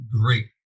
great